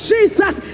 Jesus